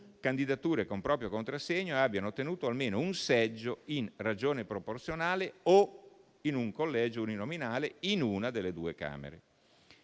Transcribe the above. candidature con proprio contrassegno e abbiano ottenuto almeno un seggio in ragione proporzionale, o in un collegio uninominale in una delle due Camere.